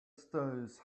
stories